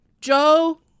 Joe